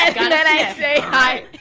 i say hi.